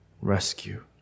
rescue